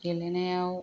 गेलेनायाव